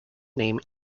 name